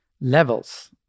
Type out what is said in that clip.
Levels